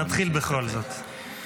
נתחיל בכל זאת.